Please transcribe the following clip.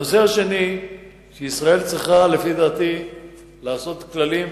הנושא השני שבו ישראל צריכה לפי דעתי לעשות כללים,